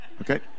okay